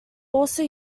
also